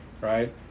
right